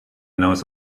knows